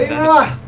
and